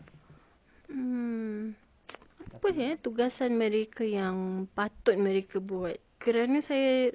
mm apa tugasan mereka yang patut mereka buat kerana saya rasa